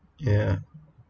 ya